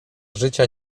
życia